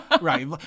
Right